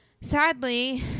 sadly